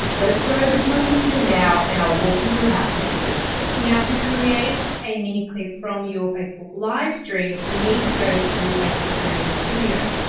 let's go over to my computer now and i'll walk you through how to do this. now to create a mini clip from your facebook live stream, you need to go to facebook creator studio,